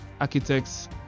architects